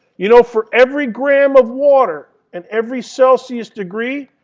you know, for every gram of water in every celsius degree,